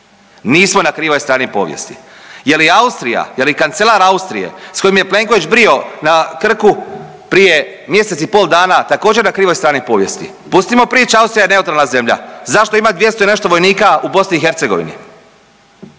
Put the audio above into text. Nismo na krivoj strani povijesti. Je li Austrija, je li kancelar Austrije s kojim je Plenković brijao na Krku prije mjesec i pol dana također, na krivoj strani povijesti? Pustimo priče Austrija je neutralna zemlja. Zašto ima 200 i nešto vojnika u BiH? Jesu li oni